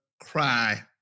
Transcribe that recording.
cry